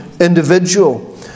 individual